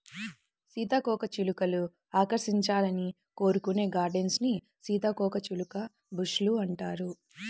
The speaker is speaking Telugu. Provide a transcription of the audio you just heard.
సీతాకోకచిలుకలు ఆకర్షించాలని కోరుకునే గార్డెన్స్ ని సీతాకోకచిలుక బుష్ లు అంటారు